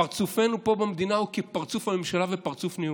פרצופנו פה במדינה הוא כפרצוף הממשלה ופרצוף ניהולה.